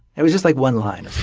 it was just like one line.